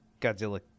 Godzilla